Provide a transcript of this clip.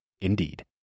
Indeed